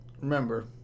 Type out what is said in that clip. remember